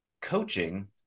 coaching